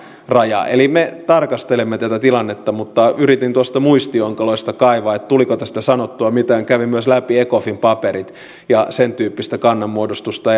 raja eli me tarkastelemme tätä tilannetta mutta yritin muistionkaloista kaivaa tuliko tästä sanottua mitään ja kävin läpi myös ecofin paperit ja sen tyyppistä kannanmuodostusta